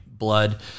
blood